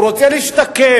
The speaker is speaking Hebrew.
הוא רוצה להשתקם,